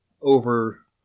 over